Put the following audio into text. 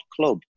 club